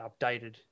updated